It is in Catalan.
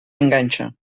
enganxa